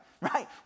right